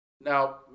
Now